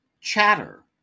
Chatter